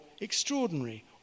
extraordinary